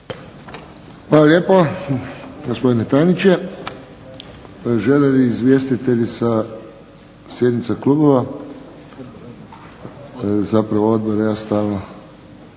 Hvala lijepo gospodine tajniče. Žele li izvjestitelji sa sjednica klubova, zapravo odbora, ja stalno